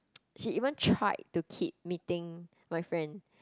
she even tried to keep meeting my friend